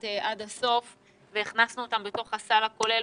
עליה עד הסוף והכנסנו אותה בתוך הסך הכולל,